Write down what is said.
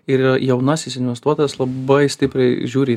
ir jaunasis investuotojas labai stipriai žiūri į